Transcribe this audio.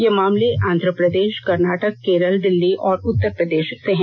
ये मामले आंध्र प्रदेश कर्नाटक केरल दिल्ली और उत्तर प्रदेश से हैं